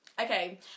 Okay